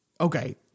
Okay